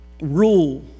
rule